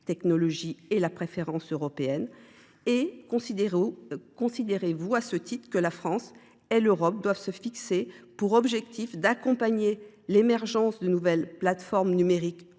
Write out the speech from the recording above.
technologies et la préférence européenne ? Estimez vous que la France et l’Europe doivent se fixer pour objectif d’accompagner l’émergence de véritables plateformes numériques européennes